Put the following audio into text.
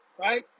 right